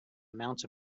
amounts